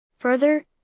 Further